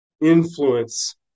influence